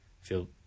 feel